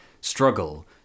struggle